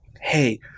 hey